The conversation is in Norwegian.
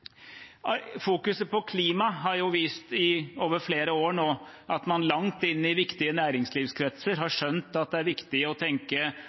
Fokuset på klima har nå over flere år vist at man langt inn i viktige næringslivskretser har skjønt at det er viktig også å tenke